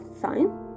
sign